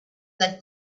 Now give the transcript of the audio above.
they